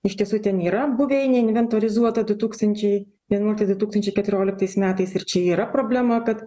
iš tiesų ten yra buveinė inventorizuota du tūkstančiai vienuoliktais du tūkstančiai keturioliktais metais ir čia yra problema kad